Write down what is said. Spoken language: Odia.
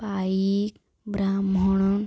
ପାଇକ ବ୍ରାହ୍ମଣ